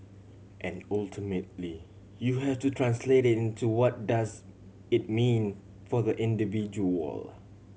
and ultimately you have to translate it into what does it mean for the individual